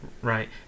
Right